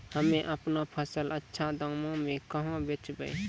हम्मे आपनौ फसल अच्छा दामों मे कहाँ बेचबै?